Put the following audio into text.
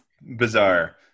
bizarre